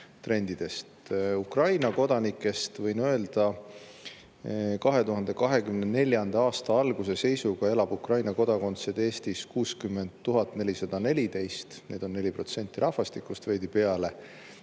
Ukraina kodanike kohta võin öelda, et 2024. aasta alguse seisuga elab Ukraina kodakondseid Eestis 60 414. Neid on 4% rahvastikust, veidi peale.